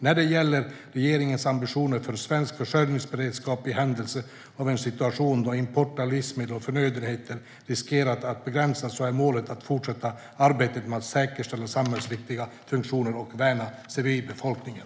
När det gäller regeringens ambitioner för svensk försörjningsberedskap i händelse av en situation då import av livsmedel och förnödenheter riskerar att begränsas, är målet att fortsätta arbetet med att säkerställa de samhällsviktiga funktionerna och värna civilbefolkningen.